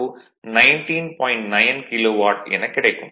9 kilo watt எனக் கிடைக்கும்